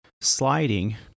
sliding